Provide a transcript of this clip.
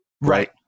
right